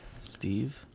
Steve